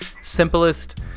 simplest